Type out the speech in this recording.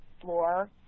floor